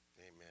Amen